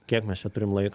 kiek mes čia turim laik